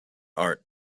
art